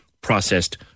processed